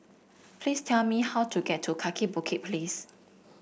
please tell me how to get to Kaki Bukit Place